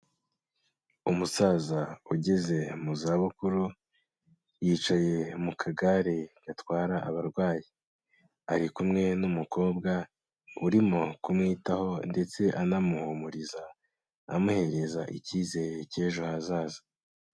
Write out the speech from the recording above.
Umusaza ugeze mu za bukuru yicaye mu kagare gatwara abarwayi, ari kumwe n'umukobwa urimo kumwitaho ndetse anamuhumuriza amuhereza icyizere cy'ejo hazaza.